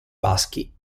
baschi